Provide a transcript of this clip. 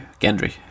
Gendry